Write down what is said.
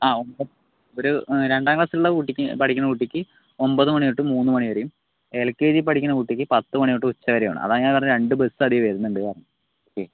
ആ ഒമ്പത് ഒരു രണ്ടാം ക്ലാസ് പഠിക്കണ കുട്ടിക്ക് ഒമ്പതുമണിതൊട്ട് മൂന്നുമണിവരെയും എൽ കെ ജി പഠിക്കണ കുട്ടിക്ക് പത്തുമണി തൊട്ട് ഉച്ച വരെയുമാണ് അതാണ് ഞാൻ പറഞ്ഞത് രണ്ടു ബസ് വരുന്നുണ്ടെന്ന് ഓക്കേ